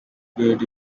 get